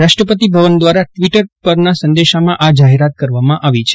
રાષ્ટ્રપતિ ભવન દ્વારા ટ્વીટર પરના સંદેશામાં આ જાહેરાત કરવામાં આવી છે